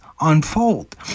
unfold